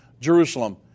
Jerusalem